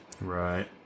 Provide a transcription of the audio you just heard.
Right